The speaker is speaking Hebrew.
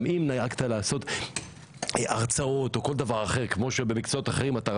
אם נהגת לעשות הרצאות או כול דבר אחר כמו שבמקצועות אחרים אתה רשאי,